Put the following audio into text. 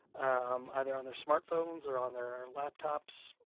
um either on their smartphones or on their laptops